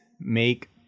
make